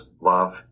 love